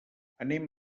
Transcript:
anem